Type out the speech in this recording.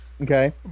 Okay